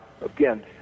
again